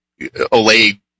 Olay